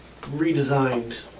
redesigned